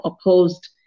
opposed